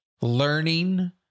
learning